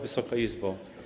Wysoka Izbo!